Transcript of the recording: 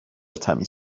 تمیز